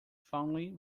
fondly